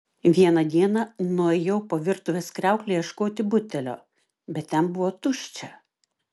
vieną dieną nuėjau po virtuvės kriaukle ieškoti butelio bet ten buvo tuščia